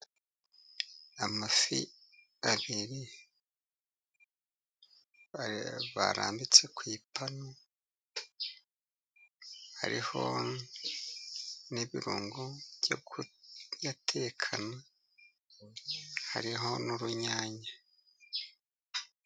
Amafi abiri barambitse ku ipanu, hariho n'ibirungo byo kuyatekana . Hariho n'urunyanya.